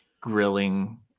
grilling